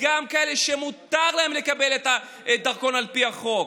גם כאלה שמותר להם לקבל את הדרכון על פי החוק,